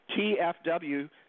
TFW